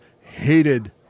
hated